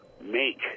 make